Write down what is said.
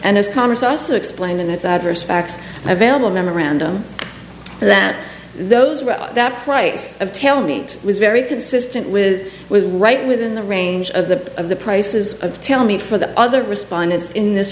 and as congress also explained in its adverse facts available memorandum that those that price of tell me it was very consistent with was right within the range of the of the prices of tell me for the other respondents in this